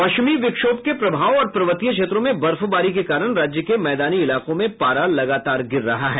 पश्चिमी विक्षोभ के प्रभाव और पवर्तीय क्षेत्रों में बर्फबारी के कारण राज्य के मैदानी इलाकों में पारा लगातार गिर रहा है